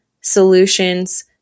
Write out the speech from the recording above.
solutions